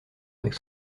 avec